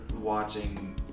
watching